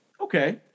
Okay